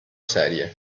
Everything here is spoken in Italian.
serie